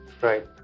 Right